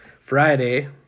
Friday